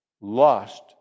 lost